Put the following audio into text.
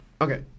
Okay